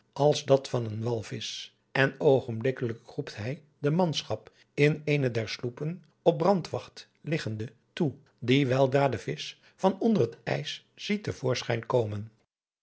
als dat van een walvisch en oogenblikkelijk roept hij de manschap in eene der sloepen op brandwacht liggende toe die weldra den visch van onder het ijs ziet te voorschijn komen